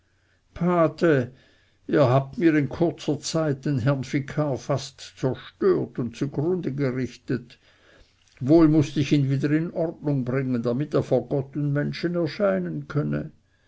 pate ihr habt mir in kurzer zeit den herrn vikar fast zerstört und zugrunde gerichtet wohl mußt ich ihn wieder in ordnung bringen damit er vor gott und menschen erscheinen könne